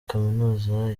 kaminuza